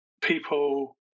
people